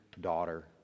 daughter